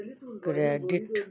credit